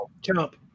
jump